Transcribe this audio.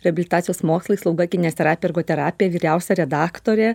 reabilitacijos mokslai slauga kineziterapija ergoterapija vyriausia redaktorė